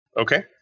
Okay